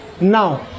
now